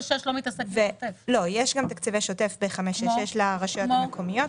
כלומר יש גם תקציבי שוטף ב-566 לרשויות המקומיות,